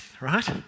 right